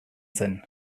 zen